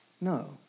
No